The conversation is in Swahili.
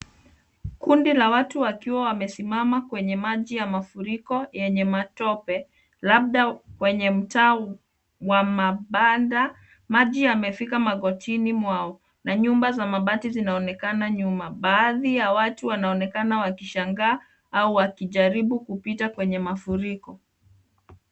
Kundi la watu wakiwa wamesimama kwenye maji ya mafuriko yenye matope, labda kwenye mtaa wa mabanda. MAji yamefika magotini mwa na nyumaba za mabati zinaonekana nyuma. Baadhi ya watu wanaonekana wakishangaa au wakijaribu kupita kwenye mafuriko.